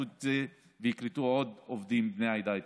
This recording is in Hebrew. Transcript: את זה ויקלטו עוד עובדים בני העדה האתיופית.